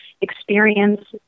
experience